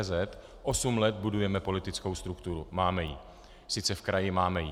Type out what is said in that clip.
cz, osm let budujeme politickou strukturu, máme ji, sice v kraji, ale máme ji.